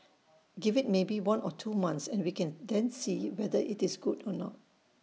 give IT maybe one or two months and we can then see whether IT is good or not